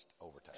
overtime